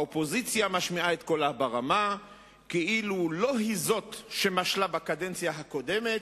האופוזיציה משמיעה את קולה ברמה כאילו לא היא זאת שמשלה בקדנציה הקודמת,